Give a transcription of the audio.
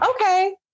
okay